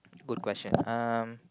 good question um